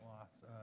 loss